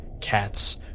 cat's